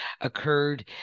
occurred